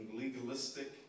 legalistic